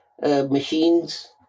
machines